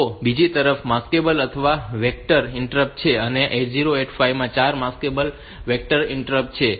તો બીજી તરફ આ માસ્કેબલ અથવા વેક્ટરેડ ઈન્ટરપ્ટ છે અને 8085 માં 4 માસ્ક્ડ વેંક્ટર્ડ ઈન્ટર છે તેઓ 5